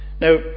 Now